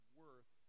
worth